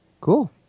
Cool